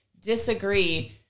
disagree